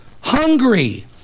hungry